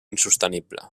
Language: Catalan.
insostenible